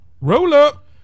Roll-up